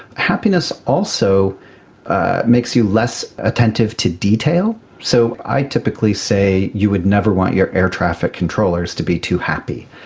happiness also makes you less attentive to detail. so i typically say you would never want your air traffic controllers to be too happy,